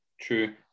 True